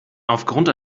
aufgrund